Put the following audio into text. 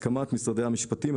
הסכמת משרדי המשפטים,